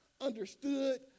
understood